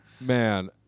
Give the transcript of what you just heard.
Man